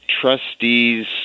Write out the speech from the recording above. trustees